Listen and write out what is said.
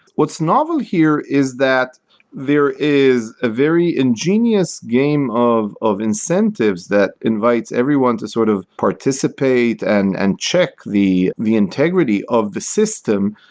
what's novel here is that there is a very ingenious game of of incentives that invites everyone to sort of participate and and check the the integrity of a system,